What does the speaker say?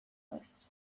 list